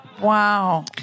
Wow